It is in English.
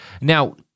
Now